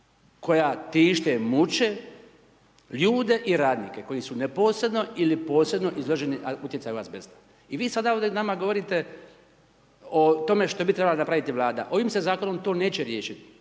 koja tište, muče ljude fi radnike koji su neposredno ili posredno izloženi utjecaju azbesta. I vi sada ovdje nama govorite o tome što bi trebala napraviti Vlada. Ovim se zakonom to neće riješiti.